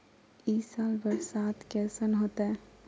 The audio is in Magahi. ई साल बरसात कैसन होतय?